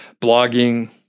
blogging